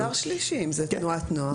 מגזר שלישי אם זה תנועת נוער.